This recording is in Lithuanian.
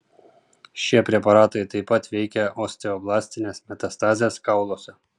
šie preparatai taip pat veikia osteoblastines metastazes kauluose